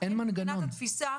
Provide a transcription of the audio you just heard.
מבחינת התפיסה,